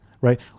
right